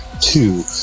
two